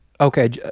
Okay